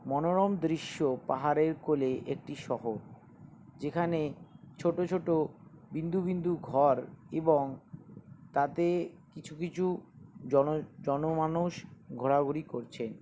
মনোরম দৃশ্য পাহাড়ের কোলে একটি শহর যেখানে ছোটো ছোটো বিন্দু বিন্দু ঘর এবং তাতে কিছু কিছু জন জনমানুষ ঘোরাঘুরি করছে